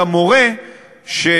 אלא מורה שאפשר,